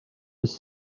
was